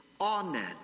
Amen